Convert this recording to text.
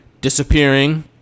disappearing